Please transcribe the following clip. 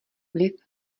vliv